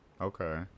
Okay